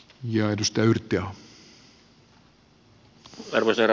arvoisa herra puhemies